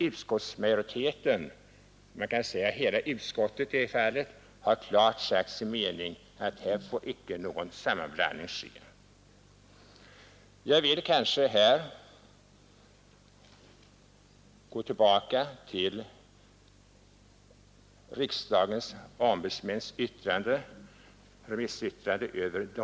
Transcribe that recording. Utskottsmajoriteten — hela utskottet, kan man säga i det här fallet — har också som sin mening uttalat att här får icke någon sammanblandning ske.